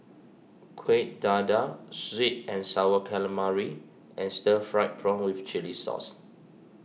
Kuih Dadar Sweet and Sour Calamari and Stir Fried Prawn with Chili Sauce